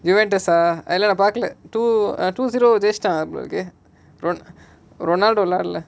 அது நான் பார்க்கல:adhu naan paarkkala two zero ஜெயிச்சிட்டான்:jeichittaan two zero